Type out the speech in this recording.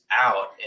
out